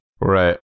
Right